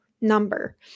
number